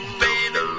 baby